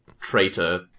traitor